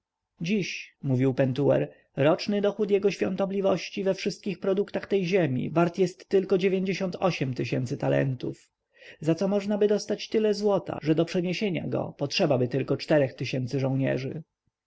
dziś mówił pentuer roczny dochód jego świątobliwości we wszystkich produktach tej ziemi wart jest tylko dziewięćdziesiąt osiem tysięcy talentów za co możnaby dostać tyle złota że do przeniesienia go potrzebaby tylko czterech tysięcy żołnierzy